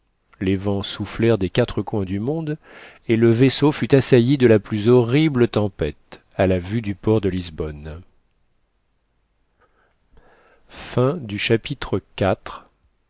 les vents soufflèrent des quatre coins du monde et le vaisseau fut assailli de la plus horrible tempête à la vue du port de lisbonne chapitre